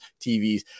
TVs